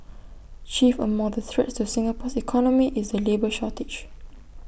chief among the threats to Singapore's economy is the labour shortage